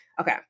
Okay